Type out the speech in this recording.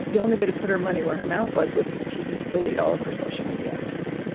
the only way to put her money where her mouth was was just delete all of her social media accounts.